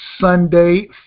Sunday